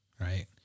right